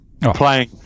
playing